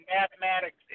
mathematics